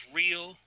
real